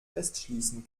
festschließen